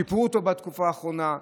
שיפרו אותו בתקופה האחרונה,